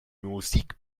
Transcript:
musik